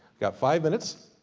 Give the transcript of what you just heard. got five minutes.